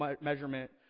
measurement